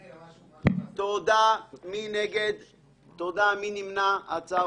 הצבעה בעד רוב נגד אין נמנעים אין סעיף 12(1) נתקבל.